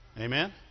Amen